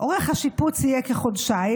אורך השיפוץ יהיה כחודשיים,